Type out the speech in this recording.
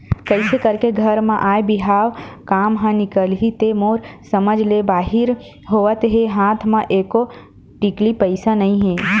कइसे करके घर म आय बिहाव काम ह निकलही ते मोर समझ ले बाहिर होवत हे हात म एको टिकली पइसा नइ हे